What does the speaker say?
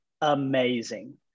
amazing